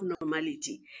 normality